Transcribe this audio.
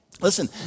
Listen